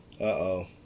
Uh-oh